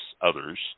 others